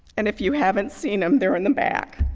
and if you haven't seen them, they're in the back.